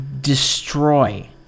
destroy